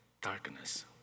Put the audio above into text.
darkness